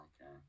okay